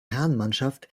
herrenmannschaft